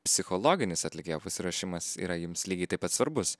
psichologinis atlikėjo pasiruošimas yra jums lygiai taip pat svarbus